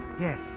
Yes